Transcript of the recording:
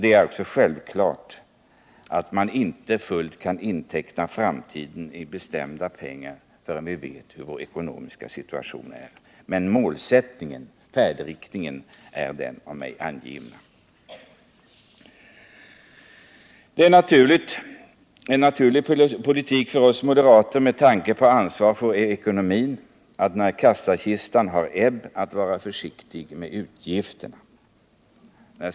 Det är självklart att man inte fullt kan inteckna framtiden i bestämda belopp förrän vi vet hur den ekonomiska situationen kommer att utvecklas. Men målsättningen, färdriktningen, är den av mig angivna. Det är en naturlig politik för oss moderater med tanke på ansvaret för ekonomin att när kassakistan har ebb vara försiktiga med utgifterna.